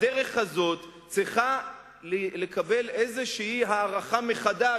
הדרך הזאת צריכה לקבל איזו הערכה מחדש,